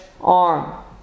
arm